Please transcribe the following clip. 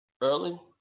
early